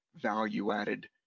value-added